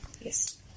Yes